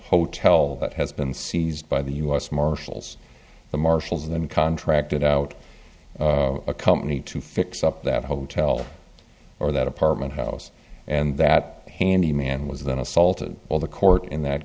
hotel that has been seized by the u s marshals the marshals and then contracted out a company to fix up that hotel or that apartment house and that handyman was then assaulted while the court in that